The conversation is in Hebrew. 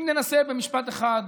אם ננסה, במשפט אחד,